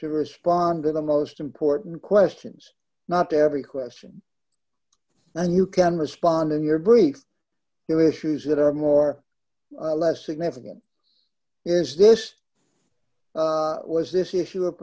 to respond to the most important questions not every question and you can respond in your belief you issues that are more or less significant is this was this issue of